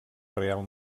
reial